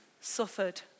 suffered